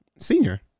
senior